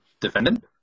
defendant